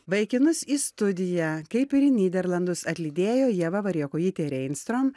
vaikinus į studiją kaip ir į nyderlandus atlydėjo ieva variakojytė reinstrom